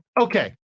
okay